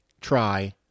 try